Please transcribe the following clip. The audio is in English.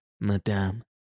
Madame